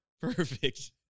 perfect